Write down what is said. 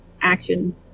action